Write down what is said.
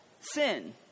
sin